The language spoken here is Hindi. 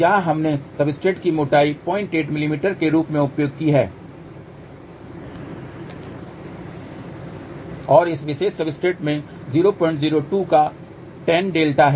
यहां हमने सब्सट्रेट की मोटाई 08 मिमी के रूप में उपयोग की है और इस विशेष सब्सट्रेट में 002 का टैन डेल्टा है